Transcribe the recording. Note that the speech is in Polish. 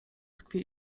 tkwi